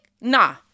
Nah